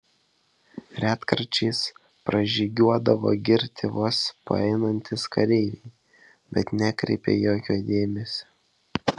retkarčiais pražygiuodavo girti vos paeinantys kareiviai bet nekreipią jokio dėmesio